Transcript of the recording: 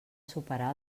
superar